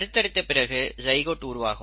கருத்தரித்த பிறகு சைகோட் உருவாகும்